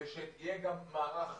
ושיהיה גם מערך